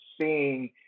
seeing